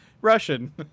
Russian